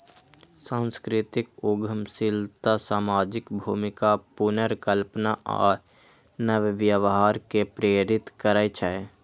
सांस्कृतिक उद्यमशीलता सामाजिक भूमिका पुनर्कल्पना आ नव व्यवहार कें प्रेरित करै छै